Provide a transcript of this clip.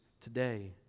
today